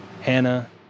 Hannah